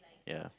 ya